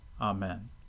Amen